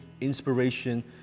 inspiration